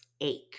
ache